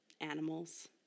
animals